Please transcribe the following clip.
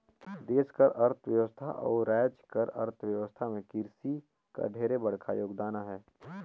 देस कर अर्थबेवस्था अउ राएज कर अर्थबेवस्था में किरसी कर ढेरे बड़खा योगदान अहे